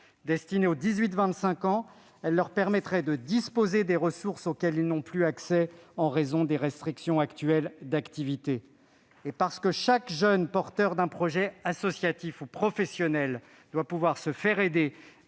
destinée aux 18-25 ans, leur permettant de disposer des ressources auxquelles ils n'ont plus accès en raison des restrictions actuelles d'activité. Et parce que chaque jeune porteur d'un projet associatif ou professionnel doit pouvoir se faire aider,